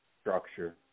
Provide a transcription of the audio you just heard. structure